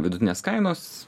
vidutinės kainos